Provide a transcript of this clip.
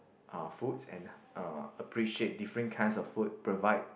uh foods and uh appreciate different kind of food provide